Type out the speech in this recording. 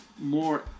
more